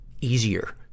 easier